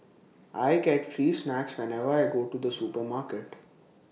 I get free snacks whenever I go to the supermarket